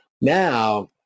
Now